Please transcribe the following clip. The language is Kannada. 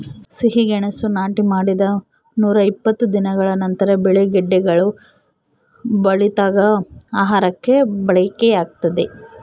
ಸಿಹಿಗೆಣಸು ನಾಟಿ ಮಾಡಿದ ನೂರಾಇಪ್ಪತ್ತು ದಿನಗಳ ನಂತರ ಬೆಳೆ ಗೆಡ್ಡೆಗಳು ಬಲಿತಾಗ ಆಹಾರಕ್ಕೆ ಬಳಕೆಯಾಗ್ತದೆ